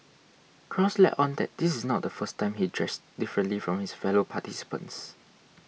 cross let on that this is not the first time he dressed differently from his fellow participants